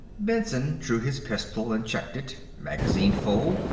benson drew his pistol and checked it magazine full,